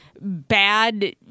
bad